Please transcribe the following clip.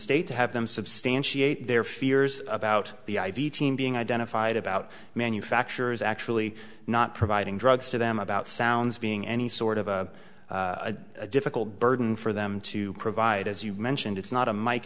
state to have them substantiate their fears about the i v team being identified about manufacturers actually not providing drugs to them about sounds being any sort of a difficult burden for them to provide as you mentioned it's